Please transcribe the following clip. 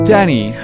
Danny